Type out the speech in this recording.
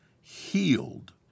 healed